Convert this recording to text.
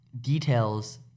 details